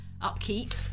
upkeep